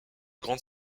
grande